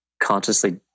consciously